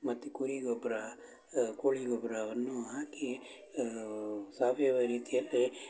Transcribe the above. ಮತ್ತು ಕುರಿ ಗೊಬ್ಬರ ಕೋಳಿ ಗೊಬ್ಬರವನ್ನು ಹಾಕೀ ಸಾವಯವ ರೀತಿಯಲ್ಲಿ